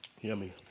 Yummy